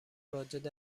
واجد